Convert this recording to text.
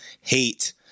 hate